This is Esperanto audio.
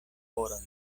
horojn